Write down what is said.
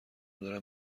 دارم